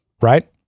right